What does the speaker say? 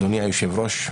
אדוני היושב-רש,